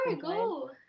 go